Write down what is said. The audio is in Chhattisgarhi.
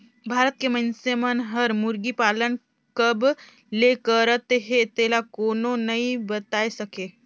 भारत के मइनसे मन हर मुरगी पालन कब ले करत हे तेला कोनो नइ बताय सके